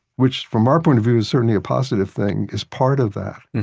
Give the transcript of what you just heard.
which from our point of view is certainly a positive thing, is part of that,